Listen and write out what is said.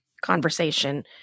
conversation